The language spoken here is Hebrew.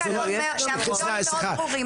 סליחה,